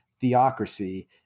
theocracy